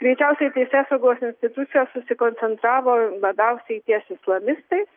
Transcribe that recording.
greičiausiai teisėsaugos institucijos susikoncentravo labiausiai ties islamistais